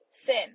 sin